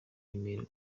remera